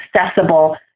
accessible